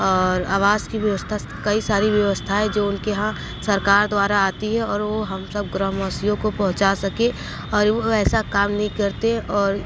और आवास की व्यवस्था कई सारी व्यवस्थाएँ जो उनके यहाँ सरकार द्वारा आती है और वह हम सब ग्रामवासियों को पहुँचा सके और वह वैसा काम नहीं करते और